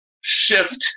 shift